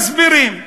הם מסבירים.